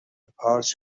پارچ